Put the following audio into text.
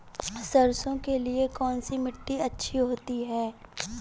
सरसो के लिए कौन सी मिट्टी अच्छी होती है?